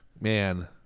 Man